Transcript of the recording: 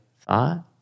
thought